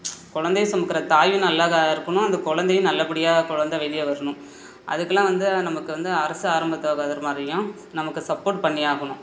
குழந்தைய சுமக்கிற தாயும் நல்லா கா இருக்கணும் அந்த குழந்தையும் நல்லபடியாக குழந்த வெளியே வரணும் அதுக்கெலாம் வந்து நமக்கு வந்து அரசு ஆரம்ப சுகாதார மாதிரியும் நமக்கு சப்போர்ட் பண்ணி ஆகணும்